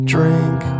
Drink